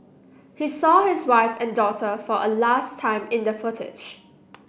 he saw his wife and daughter for a last time in the footage